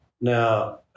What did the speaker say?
Now